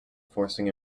forcing